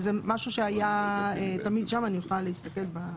מה זה סעיף 43?